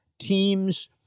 teams